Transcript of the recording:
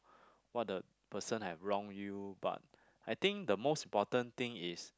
what the person have wrong you but I think the most important thing is